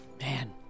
Man